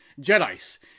Jedi's